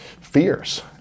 fears